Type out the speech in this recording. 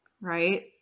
right